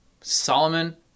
solomon